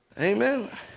Amen